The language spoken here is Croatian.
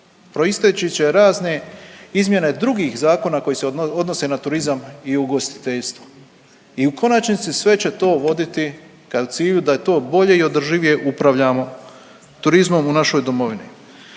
proisteći će razne izmjene drugih zakona koji se odnose na turizam i ugostiteljstvo i u konačnici sve će to voditi ka cilju da je to bolje i održivije upravljamo turizmom u našoj domovini.